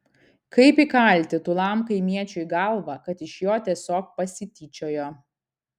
kaip įkalti tūlam kaimiečiui į galvą kad iš jo tiesiog pasityčiojo